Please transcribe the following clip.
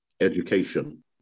education